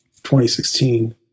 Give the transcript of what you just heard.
2016